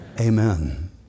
Amen